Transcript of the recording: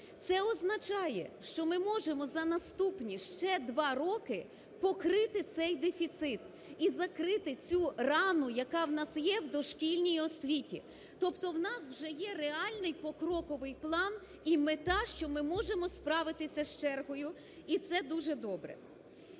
Це означає, що ми можемо за наступні ще 2 роки покрити цей дефіцит і закрити цю рану, яка у нас є в дошкільній освіті. Тобто у нас вже є реальний покроковий план і мета, що ми можемо справитися з чергою, і це дуже добре.